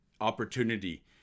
opportunity